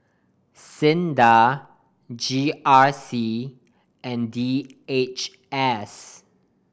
SINDA G R C and D H S